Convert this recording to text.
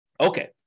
Okay